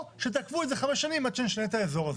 או שתעכבו את זה חמש שנים עד שנשנה את האזור הזה.